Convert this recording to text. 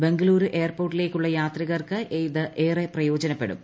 ബംഗളുരു എയർപോർട്ടിലേക്കുള്ള യാത്രികർക്ക് ഇത് ഏറെ പ്രയോജനപ്പെടും